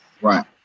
right